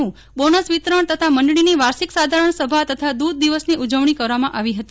નું બોનસ વિતરણ તથા મંડળીની વાર્ષિક સાધારણ સભા તથા દૂધ દિવસ ની ઉજવણી કરવામાં આવી હતી